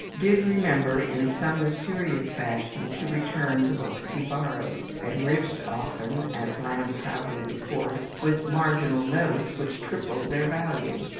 did remember in some mysterious fashion to return the books he borrowed, enriched often, as lamb proudly records, with marginal notes which tripled their value.